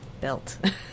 built